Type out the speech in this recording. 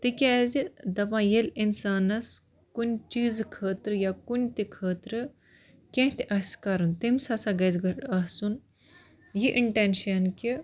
تِکیٛازِ دَپان ییٚلہِ اِنسانَس کُنہِ چیٖزٕ خٲطرٕ یا کُنہِ تہِ خٲطرٕ کیٚنٛہہ تہِ آسہِ کَرُن تٔمِس ہسا گژھہِ گۄڈٕ آسُن یہِ اِنٹیٚنشَن کہِ